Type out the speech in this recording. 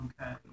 okay